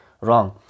wrong